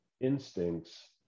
instincts